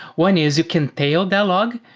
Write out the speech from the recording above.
one is you can tail that log,